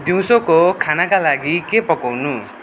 दिउँसोको खानाका लागि के पकाउनु